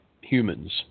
humans